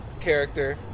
character